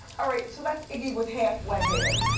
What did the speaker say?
all right, so that's iggy with half wet hair.